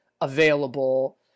available